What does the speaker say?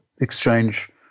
exchange